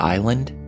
Island